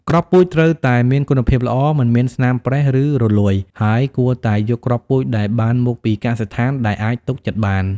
គ្រាប់ពូជត្រូវតែមានគុណភាពល្អ មិនមានស្នាមប្រេះ ឬរលួយ ហើយគួរតែយកគ្រាប់ពូជដែលបានមកពីកសិដ្ឋានដែលអាចទុកចិត្តបាន។